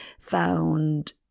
found